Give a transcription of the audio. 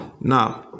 Now